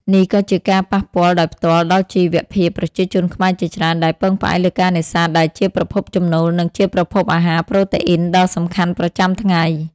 នេះក៏ជាការប៉ះពាល់ដោយផ្ទាល់ដល់ជីវភាពប្រជាជនខ្មែរជាច្រើន ដែលពឹងផ្អែកលើការនេសាទដែលជាប្រភពចំណូល និងជាប្រភពអាហារប្រូតេអ៊ីនដ៏សំខាន់ប្រចាំថ្ងៃ។